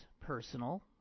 personal